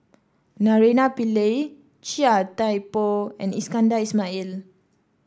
Naraina Pillai Chia Thye Poh and Iskandar Ismail